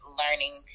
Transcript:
learning